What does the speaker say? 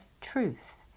truth